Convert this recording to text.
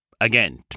again